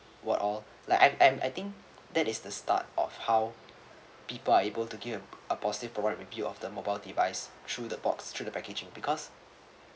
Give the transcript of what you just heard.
what all like I'm I think that is the start of how people are able to give a positive product review of the mobile device through the box through the packaging because